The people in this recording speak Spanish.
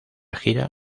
gira